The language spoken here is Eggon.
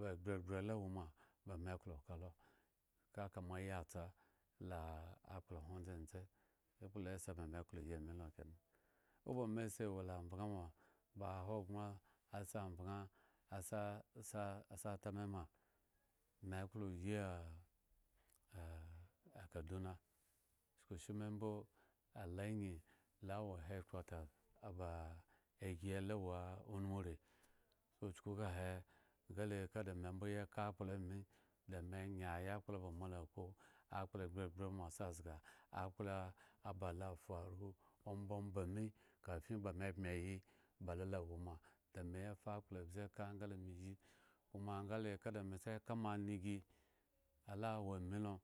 ba gbregbre la woma ba me klo ka lo kakayi atsa la akpla hwon dzendze ekpla la sa ba meklo yi amilo kena oba me sa wola aveŋ ma ba hogbren asi avaŋ asi a sia asita me ma me klo yi ah ah kaduna chukushimi mbo alo angyi awo headquata ba gi ala wo unumure so chuku kahe nga le nga da me mbo ya ka akpla ami da me nye yakpla ba moala kpo, akpla aba egbregbre mo asi azga akpla aba lo afaru ombamba me kafi ba me bmye ayi ba lo la woma da ya fa akpla abze ka nga le me yi, koma ngale ka da me sa ka moanigi ala wo amilo.